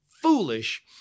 Foolish